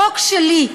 החוק שלי,